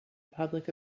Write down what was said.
public